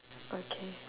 okay